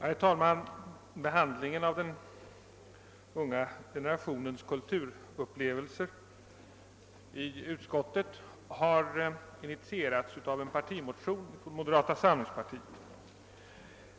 Herr talman! Behandlingen i utskottet av den unga generationens kulturupplevelser har initierats av en partimotion från moderata samlingspartiet.